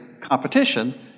competition